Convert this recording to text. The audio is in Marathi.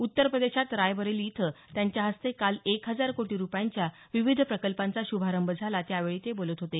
उत्तरप्रदेशात रायबरेली इथं त्यांच्या हस्ते काल एक हजार कोटी रूपयांच्या विविध प्रकल्पांचा श्भारंभ झाला त्यावेळी ते बोलत होते